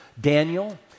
Daniel